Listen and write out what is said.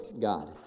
god